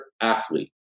athlete